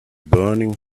burning